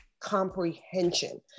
comprehension